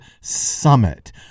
summit